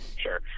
sure